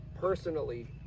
personally